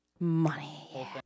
Money